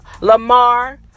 Lamar